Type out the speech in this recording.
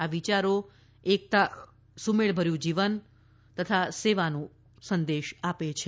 આ વિચારો એકતા સુમેળભર્યું જીવન ભાતૃભાવ તથા સેવાનો સંદેશ આપે છે